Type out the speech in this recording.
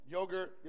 Yogurt